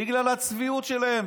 בגלל הצביעות שלהם.